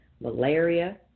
malaria